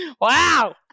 Wow